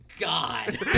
God